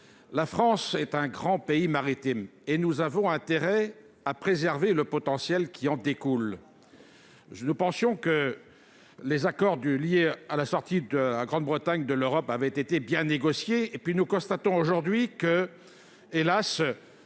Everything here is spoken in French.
la France est un grand pays maritime et nous avons intérêt à préserver le potentiel qui en découle. Nous pensions que les accords liés à la sortie de la Grande-Bretagne de l'Europe avaient été bien négociés, mais nous constatons, hélas,